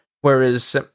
Whereas